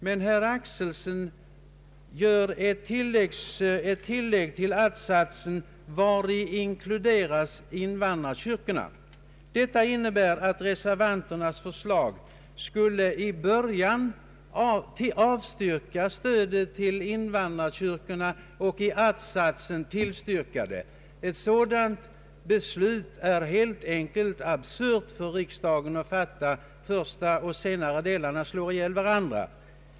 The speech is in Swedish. Men herr Axelson gör ett tilllägg till att-satsen: ”vari inkluderas invandrarkyrkorna”. Detta innebär att reservanternas förslag i början skulle avstyrka stödet till invandrarkyrkorna och i att-satsen tillstyrka det. Ett sådant beslut av riksdagen vore helt absurt — första och senare delen av reservationen slår ihjäl varandra.